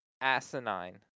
asinine